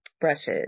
brushes